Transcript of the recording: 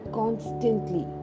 constantly